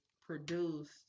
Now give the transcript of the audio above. produced